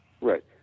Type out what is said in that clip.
Right